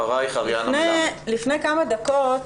לפני כמה דקות